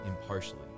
impartially